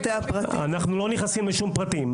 בבית משפט.